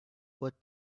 what